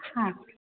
હા